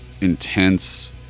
intense